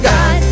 God